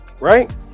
right